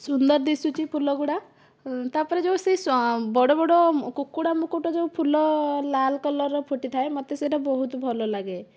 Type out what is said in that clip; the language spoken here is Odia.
ସୁନ୍ଦର ଦିଶୁଛି ଫୁଲ ଗୁଡ଼ା ତା'ପରେ ଯେଉଁ ସେ ବଡ଼ ବଡ଼ କୁକୁଡ଼ା ମୁକୁଟ ଯେଉଁ ଫୁଲ ଲାଲ୍ କଲର୍ର ଫୁଟିଥାଏ ମୋତେ ସେଟା ବହୁତ ଭଲ ଲାଗେ